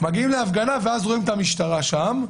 מגיעים להפגנה ואז רואים את המשטרה שם,